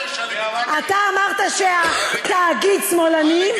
אתה אמרת שהתאגיד שמאלני,